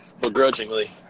Begrudgingly